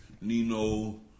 Nino